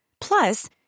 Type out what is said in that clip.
Plus